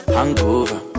Hangover